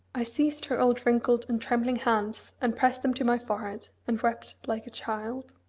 i seized her old wrinkled and trembling hands and pressed them to my forehead, and wept like a child.